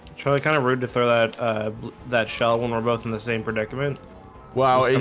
charlie kind of rude before that that she'll when we're both in the same predicament wow. hey,